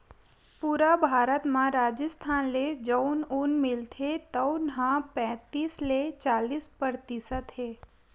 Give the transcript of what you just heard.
पूरा भारत म राजिस्थान ले जउन ऊन मिलथे तउन ह पैतीस ले चालीस परतिसत हे